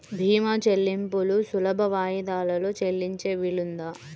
భీమా చెల్లింపులు సులభ వాయిదాలలో చెల్లించే వీలుందా?